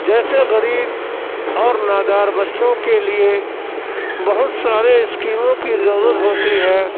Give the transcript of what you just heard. جیسے غریب اور نادار بچوں کے لیے بہت سارے اسکیموں کی ضرورت ہوتی ہے